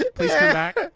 ah please come back.